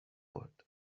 برد